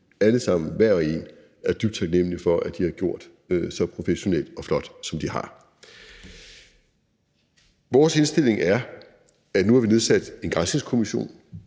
alle sammen, hver og en – er dybt taknemlige for at de har gjort så professionelt og flot, som de har. Vores indstilling er, at nu har vi nedsat en granskningskommission,